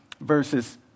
verses